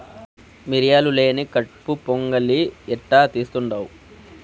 మిరియాలు లేని కట్పు పొంగలి ఎట్టా తీస్తుండావ్